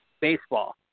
baseball